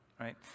right